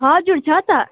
हजुर छ त